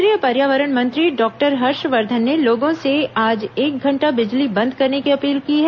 केन्द्रीय पर्यावरण मंत्री डॉक्टर हर्षवर्धन ने लोगों से आज एक घंटा बिजली बंद करने की अपील की है